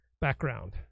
background